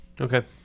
Okay